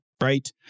right